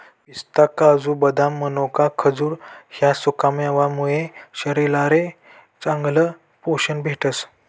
पिस्ता, काजू, बदाम, मनोका, खजूर ह्या सुकामेवा मुये शरीरले चांगलं पोशन भेटस